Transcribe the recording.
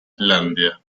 islandia